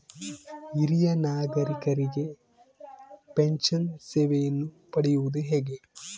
ಹಿರಿಯ ನಾಗರಿಕರಿಗೆ ಪೆನ್ಷನ್ ಸೇವೆಯನ್ನು ಪಡೆಯುವುದು ಹೇಗೆ?